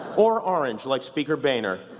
or orange, like speaker boehner.